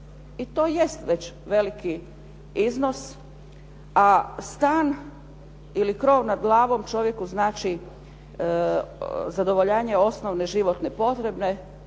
i to jest već veliki iznos, a stan ili krov nad glavom čovjeku znači zadovoljavanje osnovne životne potrebe